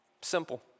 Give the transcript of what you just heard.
simple